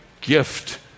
gift